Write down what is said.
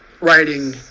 writing